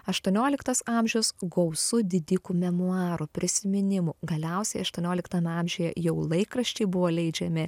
aštuonioliktas amžius gausu didikų memuarų prisiminimų galiausiai aštuonioliktame amžiuje jau laikraščiai buvo leidžiami